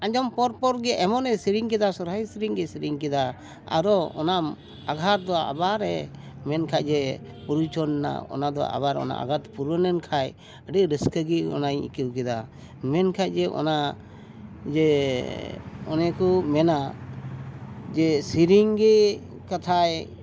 ᱟᱸᱡᱚᱢ ᱯᱚᱨ ᱯᱚᱨ ᱜᱮ ᱮᱢᱚᱱᱮ ᱥᱮᱨᱮᱧ ᱠᱮᱫᱟ ᱥᱚᱦᱨᱟᱭ ᱥᱮᱨᱮᱧ ᱜᱮᱭ ᱥᱮᱨᱮᱧ ᱠᱮᱫᱟ ᱟᱨᱚ ᱚᱱᱟ ᱟᱜᱷᱟᱛ ᱫᱚ ᱟᱵᱟᱨᱮ ᱢᱮᱱᱠᱷᱟᱱ ᱮ ᱯᱚᱨᱤᱪᱷᱚᱱ ᱮᱱᱟ ᱚᱱᱟ ᱫᱚ ᱟᱵᱟᱨ ᱚᱱᱟ ᱟᱜᱷᱟᱛ ᱯᱩᱨᱩᱱᱮᱱ ᱠᱷᱟᱱ ᱟᱹᱰᱤ ᱨᱟᱹᱥᱠᱟᱹ ᱜᱮ ᱚᱱᱟᱧ ᱟᱹᱭᱠᱟᱹᱣ ᱠᱮᱫᱟ ᱢᱮᱱᱠᱷᱟᱱ ᱡᱮ ᱚᱱᱟ ᱡᱮ ᱚᱱᱮᱠᱚ ᱢᱮᱱᱟ ᱡᱮ ᱥᱮᱨᱮᱧ ᱜᱮ ᱠᱟᱛᱷᱟᱡ